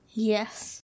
Yes